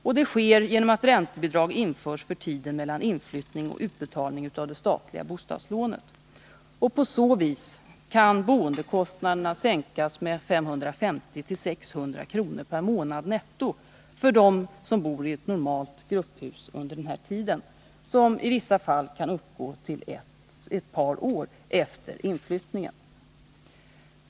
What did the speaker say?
Detta sker genom att räntebidrag införs för tiden mellan inflyttning och utbetalning av det statliga bostadslånet. På så vis kan boendekostnaderna sänkas med 550-600 kr. per månad netto för dem som bor i ett normalt grupphus under denna tid, som i vissa fall kan uppgå till ett par år efter inflyttningen.